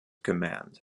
command